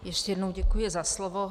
Ještě jednou děkuji za slovo.